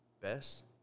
best